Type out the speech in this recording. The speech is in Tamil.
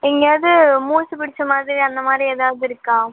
எங்கையாவது மூச்சிபிடிச்ச மாதிரி அந்தமாதிரி ஏதாவது இருக்கா